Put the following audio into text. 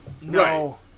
No